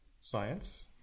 science